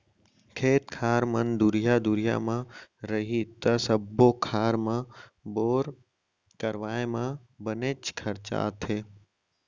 खेत खार मन दुरिहा दुरिहा म रही त सब्बो खार म बोर करवाए म बनेच खरचा आथे